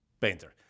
painter